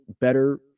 better